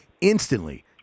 instantly